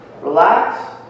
relax